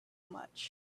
much